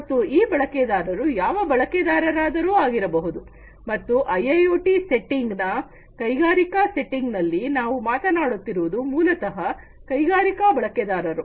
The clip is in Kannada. ಮತ್ತು ಈ ಬಳಕೆದಾರರು ಯಾವ ಬಳಕೆದಾರರಾದರೂ ಆಗಿರಬಹುದು ಮತ್ತು ಐಐಓಟಿ ವ್ಯವಸ್ಥೆಯ ಕೈಗಾರಿಕಾ ವ್ಯವಸ್ಥೆಯಲ್ಲಿ ನಾವು ಮಾತನಾಡುತ್ತಿರುವುದು ಮೂಲತಹ ಕೈಗಾರಿಕಾ ಬಳಕೆದಾರರು